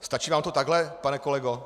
Stačí vám to takhle, pane kolego?